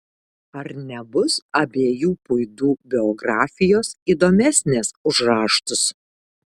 ar nebus abiejų puidų biografijos įdomesnės už raštus